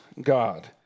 God